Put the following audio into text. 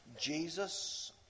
Jesus